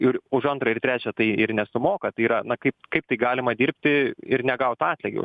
ir už antrą ir trečią tai ir nesumoka tai yra na kaip kaip tai galima dirbti ir negauti atlygio